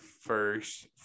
first